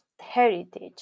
heritage